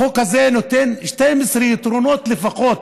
החוק הזה נותן 12 יתרונות לפחות,